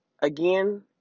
again